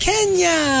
Kenya